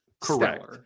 correct